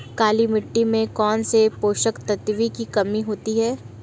काली मिट्टी में कौनसे पोषक तत्वों की कमी होती है?